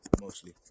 Mostly